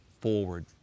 forward